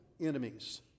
enemies